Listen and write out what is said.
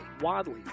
wadley